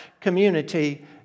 community